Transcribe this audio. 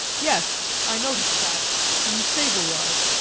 yes i noticed that in the stable-yard!